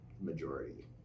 majority